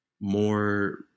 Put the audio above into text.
more